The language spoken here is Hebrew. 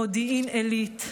מודיעין עילית,